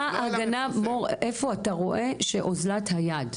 מר מור, איפה אתה רואה שיש אוזלת יד?